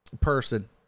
person